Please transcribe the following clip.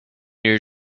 your